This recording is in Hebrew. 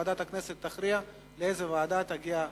ועדת הכנסת תכריע לאיזו ועדה ההצעה תועבר.